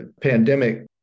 pandemic